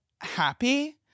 happy